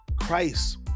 Christ